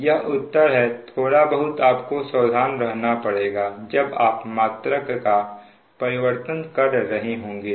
यह उत्तर है थोड़ा बहुत आपको सावधान रहना पड़ेगा जब आप मात्रक का परिवर्तन कर रहे होंगे